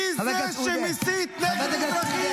מי זה שמסית נגד אזרחים?